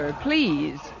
Please